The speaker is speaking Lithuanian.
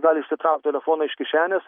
gali išsitraukt telefoną iš kišenės